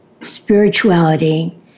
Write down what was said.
spirituality